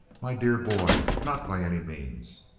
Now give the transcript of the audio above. my dear boy, not by any means.